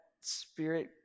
spirit